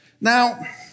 Now